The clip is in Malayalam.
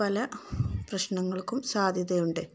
പല പ്രശ്നങ്ങൾക്കും സാധ്യതയുണ്ട്